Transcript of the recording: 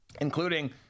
including